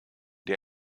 die